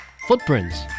Footprints